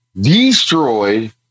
destroyed